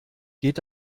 geht